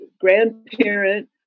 grandparent